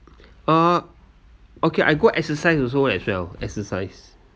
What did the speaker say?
uh okay I go exercise also as well exercise